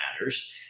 matters